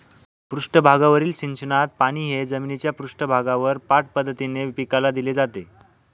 पृष्ठभागावरील सिंचनात पाणी हे जमिनीच्या पृष्ठभागावर पाठ पद्धतीने पिकाला दिले जाते